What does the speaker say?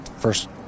First